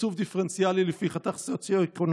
תקצוב דיפרנציאלי לפי חתך סוציו-אקונומי,